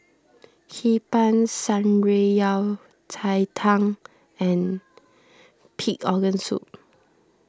Hee Pan Shan Rui Yao Cai Tang and Pig Organ Soup